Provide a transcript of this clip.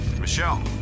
Michelle